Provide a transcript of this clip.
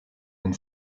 den